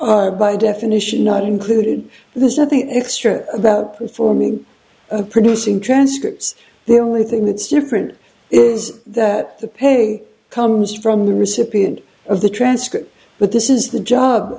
are by definition not included there's nothing extra for me producing transcripts there are only thing that's different is that the pay comes from the recipient of the transcript but this is the job